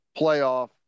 playoff